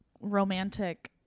romantic